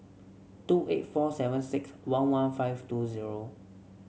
two eight four seven six one one five two zero